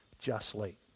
justly